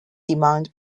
demand